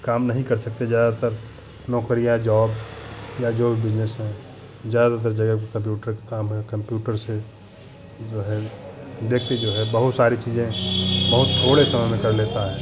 काम नहीं कर सकते ज़्यादातर नौकरी या जॉब या जो बिज़नेस है ज़्यादातर जगह कम्प्यूटर का काम है कम्प्यूटर से जो है देखते हैं जो है बहुत सारी चीज़ें बहुत थोड़े समय में कर लेता है